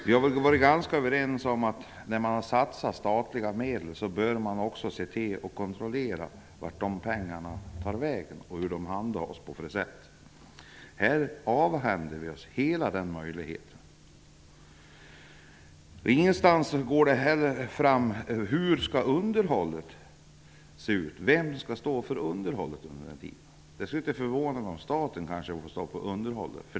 Vi har varit ganska överens om att man bör se till att kontrollera vart pengarna tar vägen och på vilket sätt de handhas när man satsar statliga medel. I detta sammanhang skall vi avhända oss hela den möjligheten. Det framgår inte heller någonstans vem som skall stå för underhållet. Det skulle inte förvåna mig om det blir staten som får stå för underhållet.